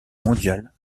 mondial